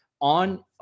on